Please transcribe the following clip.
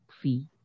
fee